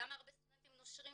למה הרבה סטודנטים נושרים,